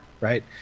right